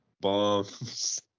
bombs